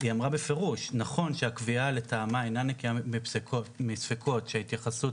שנכון שהקביעה לטעמה אינה נקיה מספקות שבהתייחסות